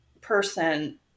person